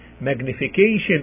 magnification